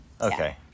Okay